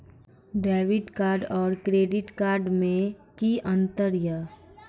Debit card और credit card मे कि अंतर या?